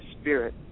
spirit